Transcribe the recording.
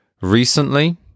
Recently